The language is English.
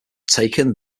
taken